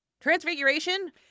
transfiguration